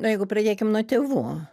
nu jeigu pradėkim nuo tėvų